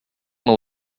will